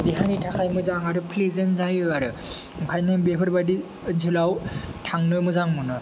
देहानि थाखाय मोजां आरो प्लिजेन्ट जायो ओंखायनो बेफोरबायदि ओनसोलाव थांनो मोजां मोनो